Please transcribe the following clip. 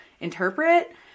interpret